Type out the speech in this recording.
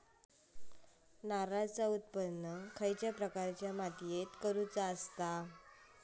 नारळाचा उत्त्पन कसल्या प्रकारच्या मातीत करूचा असता?